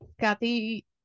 Kathy